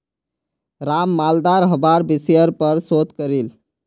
राम मालदार हवार विषयर् पर शोध करील